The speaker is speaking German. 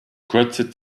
kurze